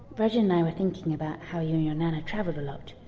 rudyard and i were thinking about how you you and nana travelled a lot,